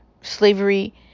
slavery